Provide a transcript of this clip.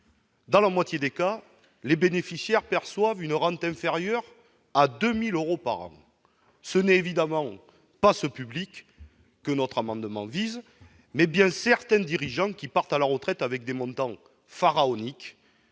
Dans la moitié des cas, les bénéficiaires perçoivent une rente inférieure à 2 000 euros par mois. Ce n'est évidemment pas ce public que notre amendement vise, mais bien certains dirigeants qui partent à la retraite en touchant des montants pharaoniques.